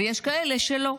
ויש כאלה שלא.